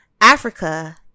Africa